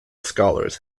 scholars